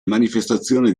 manifestazioni